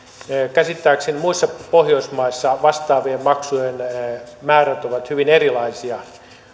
käsittääkseni muissa pohjoismaissa vastaavien maksujen määrät ovat hyvin erilaisia